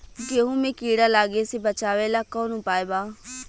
गेहूँ मे कीड़ा लागे से बचावेला कौन उपाय बा?